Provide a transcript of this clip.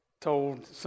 told